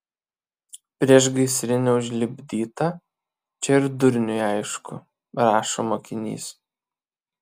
priešgaisrinė užlipdyta čia ir durniui aišku rašo mokinys